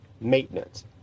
maintenance